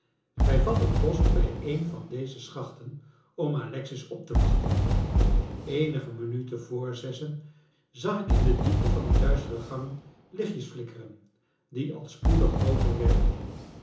wij vatten post bij een van deze schachten om alexis op te wachten eenige minuten vr zessen zag ik in de diepte van die duistere gangen lichtjes flikkeren die al spoedig grooter werden